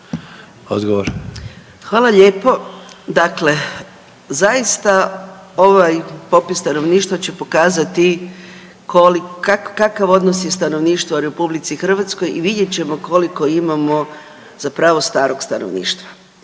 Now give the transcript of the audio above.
(GLAS)** Hvala lijepo. Dakle, zaista ovaj popis stanovništva će pokazati kakav odnos je stanovništva RH i vidjet ćemo koliko imamo zapravo starog stanovništva